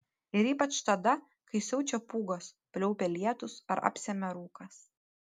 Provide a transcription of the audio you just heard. ir ypač tada kai siaučia pūgos pliaupia lietūs ar apsemia rūkas